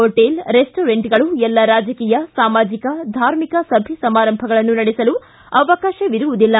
hotel ರೆಸ್ಲೊರೆಂಟ್ಗಳು ಎಲ್ಲ ರಾಜಕೀಯ ಸಾಮಾಜಕ ಧಾರ್ಮಿಕ ಸಭೆ ಸಮಾರಂಭಗಳನ್ನು ನಡೆಸಲು ಅವಕಾಶವಿರುವುದಿಲ್ಲ